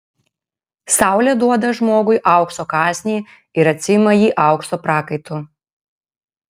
saulė duoda žmogui aukso kąsnį ir atsiima jį aukso prakaitu